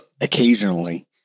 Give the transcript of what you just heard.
Occasionally